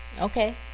okay